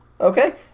Okay